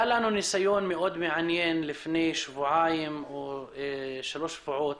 היה לנו ניסיון מעניין לפני כשלושה שבועות